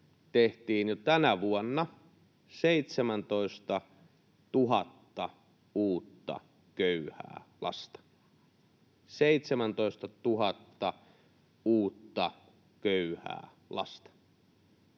tehtiin jo tänä vuonna 17 000 uutta köyhää lasta — 17 000 uutta köyhää lasta.